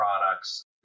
products